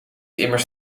immers